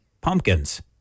pumpkins